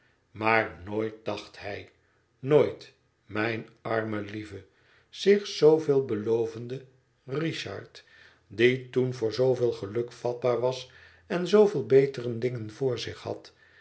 maar nooit dacht hij nooit mijn arme lieve zich zooveel belovende richard die toen voor zooveel geluk vatbaar was en zooveel betere dingen voor zich had